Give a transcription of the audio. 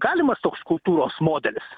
galimas toks kultūros modelis